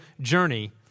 journey